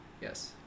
Yes